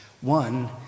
One